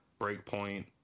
Breakpoint